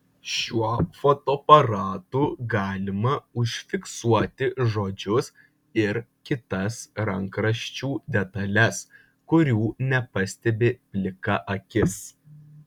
šiuo fotoaparatu galima užfiksuoti žodžius ir kitas rankraščių detales kurių nepastebi plika akis